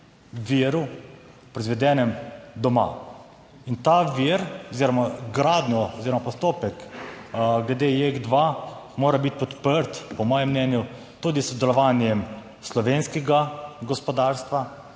viru proizvedenem doma? In ta vir oziroma gradnjo oziroma postopek glede JEK2 mora biti podprt, po mojem mnenju, tudi s sodelovanjem slovenskega gospodarstva,